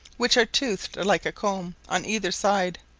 which are toothed like a comb on either side,